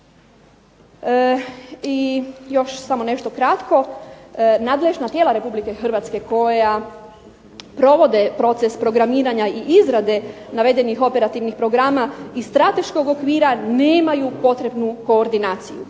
I još samo nešto kratko. Nadležna tijela Republike Hrvatske koja provode proces programiranja i izrade navedenih operativnih programa iz strateških okvira nemaju potrebnu koordinaciju,